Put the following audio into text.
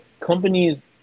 Companies